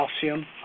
calcium